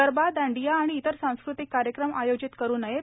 गरबा दांडिया आणि इतर सांस्कृतिक कार्यक्रम आयोजित करू नयेत